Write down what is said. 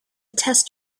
test